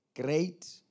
great